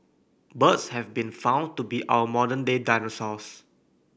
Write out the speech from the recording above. birds have been found to be our modern day dinosaurs